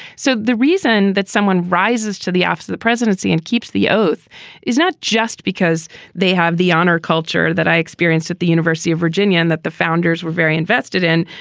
so the reason that someone rises to the office of the presidency and keeps the oath is not just because they have the honor culture that i experienced at the university of virginia and that the founders were very invested in.